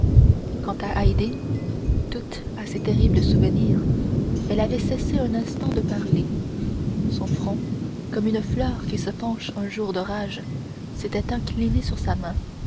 quant à haydée toute à ces terribles souvenirs elle avait cessé un instant de parler son front comme une fleur qui se penche un jour d'orage s'était incliné sur sa main